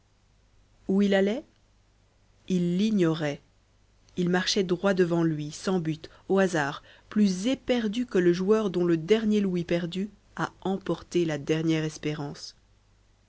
où il allait il l'ignorait il marchait droit devant lui sans but au hasard plus éperdu que le joueur dont le dernier louis perdu a emporté la dernière espérance